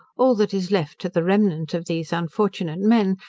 all that is left to the remnant of these unfortunate men,